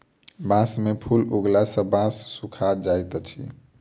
बांस में फूल उगला सॅ बांस सूखा जाइत अछि